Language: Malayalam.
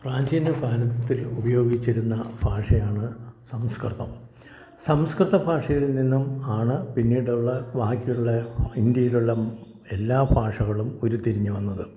പ്രാചീന ഭാരതത്തിൽ ഉയോഗിച്ചിരുന്ന ഭാഷയാണ് സംസ്കൃതം സംസ്കൃത ഭാഷയിൽ നിന്നും ആണ് പിന്നീടുള്ള ബാക്കിയുള്ള ഇന്ത്യയിലുള്ള എല്ലാ ഭാഷകളും ഉരിത്തിരിഞ്ഞ് വന്നത്